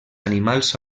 animals